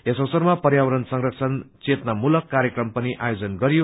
यस अवसरमा पर्यावरण संरक्षण चेतनामूलक कार्यक्रम पनि आयोजन गरियो